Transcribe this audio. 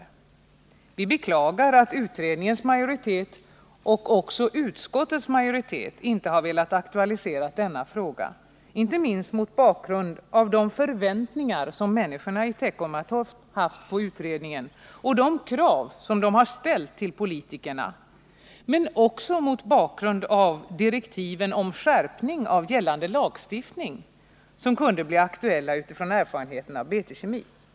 Vi beklagar att utredningens majoritet och utskottets majoritet inte velat aktualisera denna fråga, inte minst mot bakgrund av de förväntningar som människorna i Teckomatorp haft på utredningen och de krav de ställt på politikerna, men också mot bakgrund av direktiven om skärpning av gällande lagstiftning som kunde bli aktuella utifrån erfarenheterna av BT-Kemi.